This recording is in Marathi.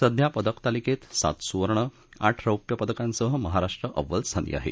सध्या पदतालिकेत सात सुवर्ण आठ रोप्य पदकांसह महाराष्ट्र अव्वल स्थानी आहे